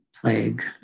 plague